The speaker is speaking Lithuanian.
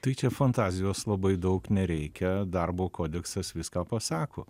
tai čia fantazijos labai daug nereikia darbo kodeksas viską pasako